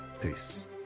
Peace